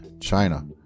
China